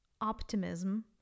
optimism